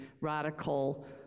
radical